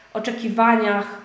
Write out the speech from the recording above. oczekiwaniach